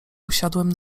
usiadłem